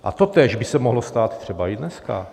A totéž by se mohlo stát třeba i dneska.